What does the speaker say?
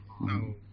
No